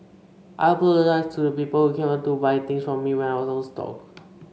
I apologise to the people who came to buy things from me when I was out of stock